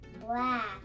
Black